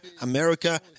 America